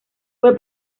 fue